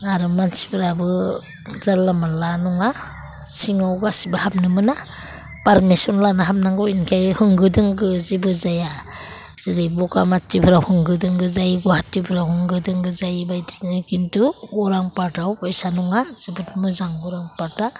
आरो मानसिफोराबो जानला मोनला नङा सिङाव गासिबो हाबनो मोना पारमिसन लाना हाबनांगौ बेनिफ्राय होंगो दोंगो जेबो जाया जेरै बगामाटिफ्राव होंगो दोंगो जायो गुवाहाटिफ्राव होंगो दोंगो जायो बेबादिनो खिनथु अरां पार्कआव बायसा नङा बहुथ मोजां अरां पार्कआ